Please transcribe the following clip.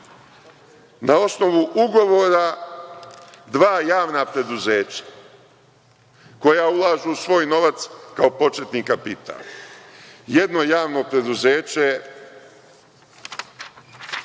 Na osnovu ugovora dva javna preduzeća koja ulažu svoj novac kao početni kapital. Jedno javno preduzeće